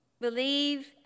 believe